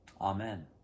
amen